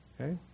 Okay